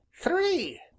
Three